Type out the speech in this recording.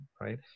right